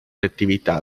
attività